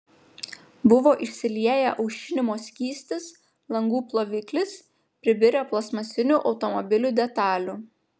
buvo išsilieję aušinimo skystis langų ploviklis pribirę plastmasinių automobilių detalių